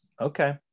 Okay